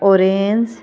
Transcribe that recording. orange